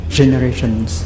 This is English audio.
generations